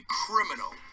criminal